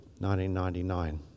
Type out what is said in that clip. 1999